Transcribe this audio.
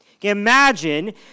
Imagine